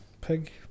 pig